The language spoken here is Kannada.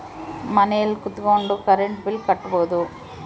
ಮನೆಲ್ ಕುತ್ಕೊಂಡ್ ಕರೆಂಟ್ ಬಿಲ್ ಕಟ್ಬೊಡು